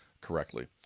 correctly